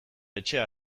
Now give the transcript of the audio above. etxea